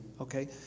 okay